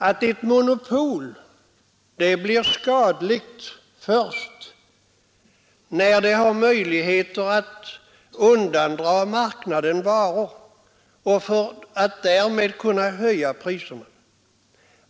Ett monopol blir skadligt först när det har möjligheter att undandra marknaden varor för att därmed kunna höja priserna.